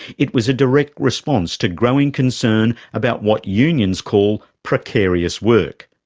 it was a direct response to growing concern about what unions call precarious work.